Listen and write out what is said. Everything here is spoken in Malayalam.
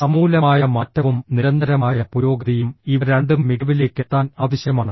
സമൂലമായ മാറ്റവും നിരന്തരമായ പുരോഗതിയും ഇവ രണ്ടും മികവിലേക്ക് എത്താൻ ആവശ്യമാണ്